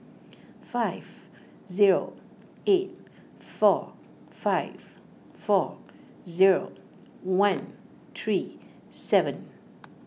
five zero eight four five four zero one three seven